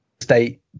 state